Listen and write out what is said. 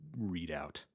readout